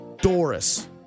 Doris